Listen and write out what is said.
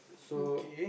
so